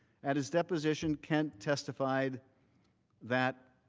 at his deposition, kent testified that